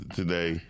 today